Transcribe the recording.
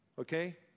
okay